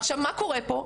עכשיו מה קורה פה?